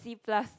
B plus